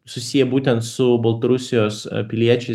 susiję būtent su baltarusijos piliečiais